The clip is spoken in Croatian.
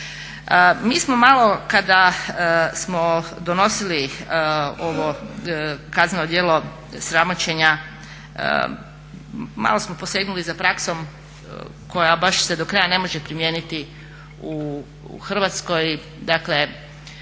Mi smo malo kada smo donosili ovo kazneno djelo sramoćenja malo smo posegnuli za praksom koja baš se do kraja ne može primijeniti u Hrvatskoj, uzeli